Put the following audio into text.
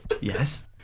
Yes